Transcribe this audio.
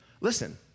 Listen